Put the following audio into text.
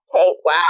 Wow